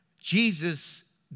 Jesus